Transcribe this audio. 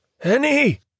Henny